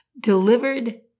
delivered